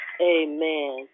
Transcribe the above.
amen